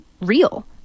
real